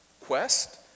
quest